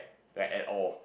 like at all